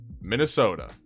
Minnesota